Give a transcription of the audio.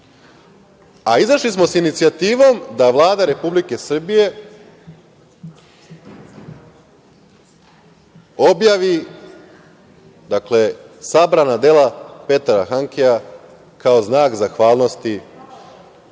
a izašli smo sa inicijativom da Vlada Republike Srbije objavi sabrana dela Petra Hankea kao znak zahvalnosti